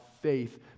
faith